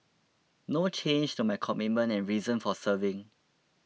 no change to my commitment and reason for serving